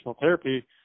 therapy